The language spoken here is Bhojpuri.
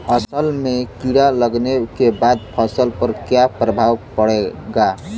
असल में कीड़ा लगने के बाद फसल पर क्या प्रभाव पड़ेगा?